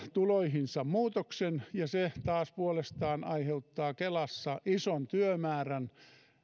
tuloihin muutoksen ja se taas puolestaan aiheuttaa kelassa ison työmäärän